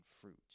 fruit